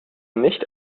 nicht